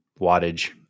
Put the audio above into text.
wattage